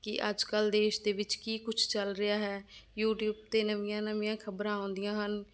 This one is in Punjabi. ਕਿ ਅੱਜ ਕੱਲ੍ਹ ਦੇਸ਼ ਦੇ ਵਿੱਚ ਕੀ ਕੁਛ ਚੱਲ ਰਿਹਾ ਹੈ ਯੂਟੀਊਬ 'ਤੇ ਨਵੀਆਂ ਨਵੀਆਂ ਖ਼ਬਰਾਂ ਆਉਂਦੀਆਂ ਹਨ